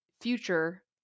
future